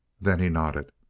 then he nodded.